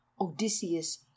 odysseus